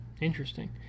Interesting